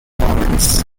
performance